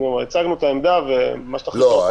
הצגנו את העמדה, ומה שתחליטו, אנחנו נכבד.